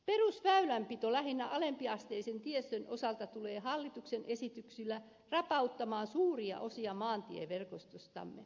perusväylänpito lähinnä alempiasteisen tiestön osalta tulee hallituksen esityksillä rapauttamaan suuria osia maantieverkostostamme